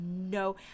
no